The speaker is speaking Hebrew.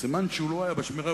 סימן שהוא לא היה בשמירה,